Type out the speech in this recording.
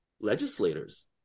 legislators